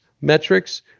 metrics